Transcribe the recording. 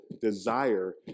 desire